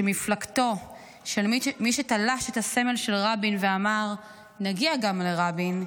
שמפלגתו של מי שתלש את הסמל של רבין ואמר "נגיע גם לרבין",